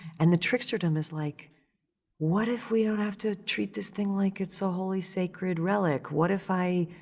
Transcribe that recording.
and the tricksterdom is like what if we don't have to treat this thing like it's a holy, sacred relic? what if i